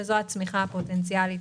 זו הצמיחה הפוטנציאלית